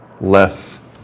less